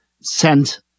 sent